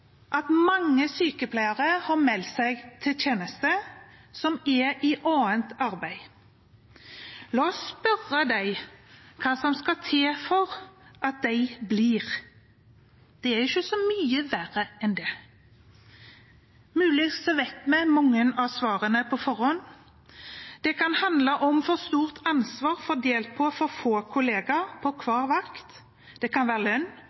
at mange sykepleiere som er i annet arbeid, har meldt seg til tjeneste. La oss spørre dem hva som skal til for at de blir. Det er ikke så mye verre enn det. Muligens vet vi mange av svarene på forhånd. Det kan handle om for stort ansvar fordelt på for få kolleger på hver vakt, det kan være lønn,